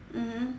mmhmm